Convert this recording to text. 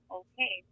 okay